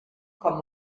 com